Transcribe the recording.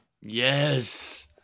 Yes